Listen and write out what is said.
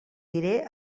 diré